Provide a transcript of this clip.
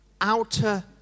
outer